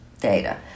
data